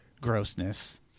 grossness